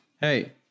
Hey